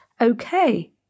okay